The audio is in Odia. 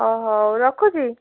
ହଉ ହଉ ରଖୁଛି